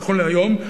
נכון להיום,